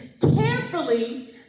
carefully